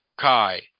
Kai